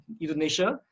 Indonesia